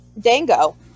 Dango